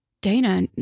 Dana